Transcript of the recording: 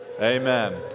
Amen